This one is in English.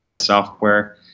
software